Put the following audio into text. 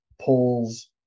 polls